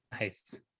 Nice